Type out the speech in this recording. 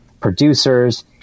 producers